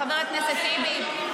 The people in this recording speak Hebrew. חבר הכנסת טיבי,